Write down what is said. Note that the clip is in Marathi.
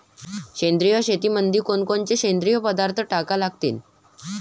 सेंद्रिय शेतीमंदी कोनकोनचे सेंद्रिय पदार्थ टाका लागतीन?